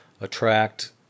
attract